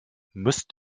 müsst